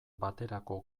baterako